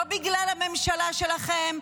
לא בגלל הממשלה שלכם,